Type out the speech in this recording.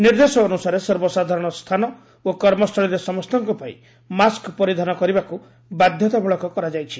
ନିର୍ଦ୍ଦେଶ ଅନୁସାରେ ସର୍ବସାଧାରଣ ସ୍ଥାନ ଓ କର୍ମସ୍ଥଳୀରେ ସମସ୍ତଙ୍କ ପାଇଁ ମାସ୍କ୍ ପରିଧାନ କରିବାକୁ ବାଧ୍ୟତାମୂଳକ କରାଯାଇଛି